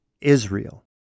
Israel